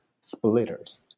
splitters